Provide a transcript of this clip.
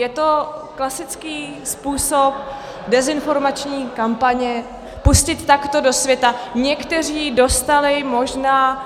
Je to klasický způsob dezinformační kampaně, pustit takto do světa někteří dostali možná.